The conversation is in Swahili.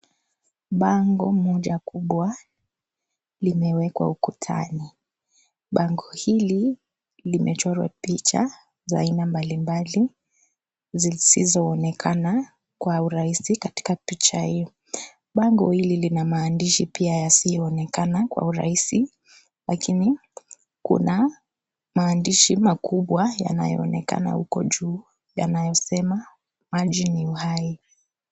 Bango moja kubwa limewekwa ukutani, bango hili limechorwa picha za aina mbalimbali, zisizoonekana kwa urahisi katika picha hii, bango hii lina maandishi pia isiyoonekana kwa urahisi lakini kuna maandishi makubwa yanayoonekana huko juu yanayosema maji ni uhai.